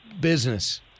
business